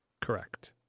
Correct